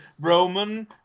Roman